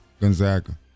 Gonzaga